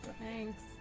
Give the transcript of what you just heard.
Thanks